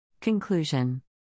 Conclusion